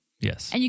Yes